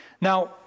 Now